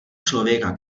člověka